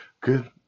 Good